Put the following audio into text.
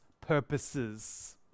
purposes